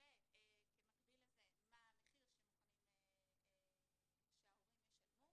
וכמקביל לזה מה המחיר שמוכנים שההורים ישלמו.